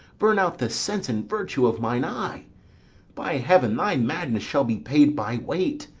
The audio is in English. burn out the sense and virtue of mine eye by heaven, thy madness shall be paid by weight,